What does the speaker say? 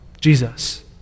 Jesus